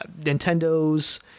Nintendo's